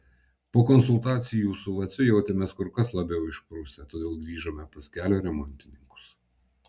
po konsultacijų su vaciu jautėmės kur kas labiau išprusę todėl grįžome pas kelio remontininkus